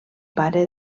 pare